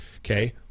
Okay